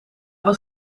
was